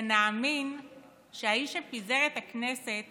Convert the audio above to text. שנאמין שהאיש שפיזר את הכנסת